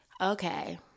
Okay